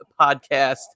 podcast